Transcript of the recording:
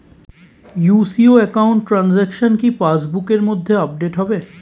UCO account transaction কি pass বুকের মধ্যে আপডেট হবে?